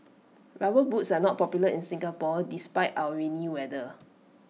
rubber boots are not popular in Singapore despite our rainy weather